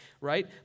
right